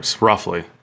roughly